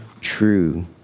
true